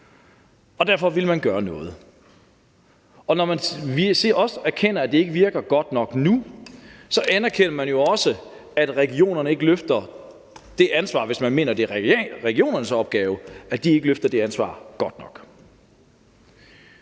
man derfor vil gøre noget. Og når man erkender, at det ikke virker godt nok nu, så anerkender man jo også, at regionerne ikke løfter deres ansvar godt nok, hvis man mener det er regionernes opgave. Så hører jeg nogle